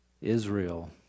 Israel